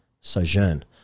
sojourn